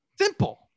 simple